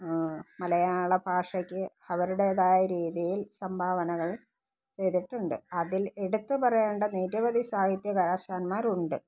മലയാള ഭാഷയ്ക്ക് അവരുടേതായ രീതിയിൽ സംഭാവനകൾ ചെയ്തിട്ടുണ്ട് അതിൽ എടുത്ത് പറയേണ്ട നിരവധി സാഹിത്യകാരൻമാരുണ്ട്